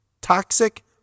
Toxic